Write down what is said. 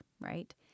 right